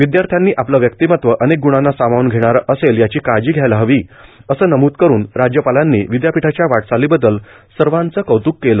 विद्यार्थ्यांनी आपले व्यक्तिमत्व अनेक ग्णांना सामावून घेणारे असेल याची काळजी घ्यायला हवी असे नमूद करून राज्यपालांनी विद्यापीठाच्या वाटचालीबददल सर्वांचे कौतूक केले